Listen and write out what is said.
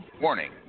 Warning